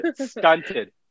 stunted